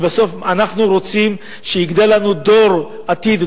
ובסוף אנחנו רוצים שיגדל לנו דור עתיד,